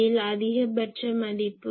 இதில் அதிகபட்ச மதிப்பு 1